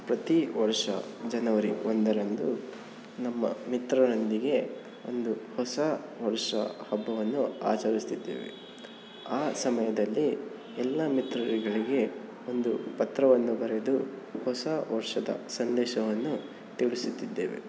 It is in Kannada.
ಪ್ರತಿ ವರ್ಷ ಜನವರಿ ಒಂದರಂದು ನಮ್ಮ ಮಿತ್ರರೊಂದಿಗೆ ಒಂದು ಹೊಸ ವರ್ಷ ಹಬ್ಬವನ್ನು ಆಚರಿಸ್ತಿದ್ದೇವೆ ಆ ಸಮಯದಲ್ಲಿ ಎಲ್ಲ ಮಿತ್ರರುಗಳಿಗೆ ಒಂದು ಪತ್ರವನ್ನು ಬರೆದು ಹೊಸ ವರ್ಷದ ಸಂದೇಶವನ್ನು ತಿಳಿಸುತ್ತಿದ್ದೇವೆ